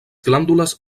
glàndules